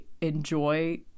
enjoy